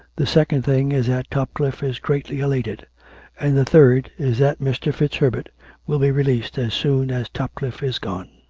the second thing is that topcliffe is greatly elated and the third is that mr. fitzherbert will be released as soon as topcliffe is gone.